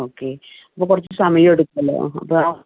okay അപ്പോൾ കുറച്ച് സമയമെടുക്കുമല്ലൊ ആ അപ്പം